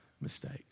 mistakes